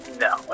No